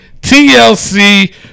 TLC